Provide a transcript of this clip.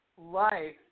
life